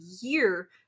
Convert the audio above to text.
year